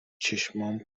چشمام